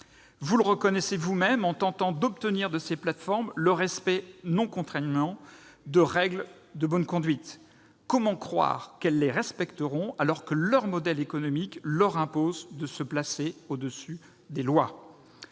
Vous le reconnaissez vous-même, monsieur le ministre, en tentant d'obtenir de ces plateformes le respect, non contraignant, de règles de bonne conduite. Comment croire qu'elles les respecteront, alors que leur modèle économique leur impose de se placer au-dessus des lois ?